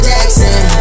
Jackson